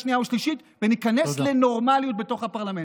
שנייה ושלישית וניכנס לנורמליות בתוך הפרלמנט.